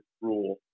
Rule